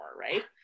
right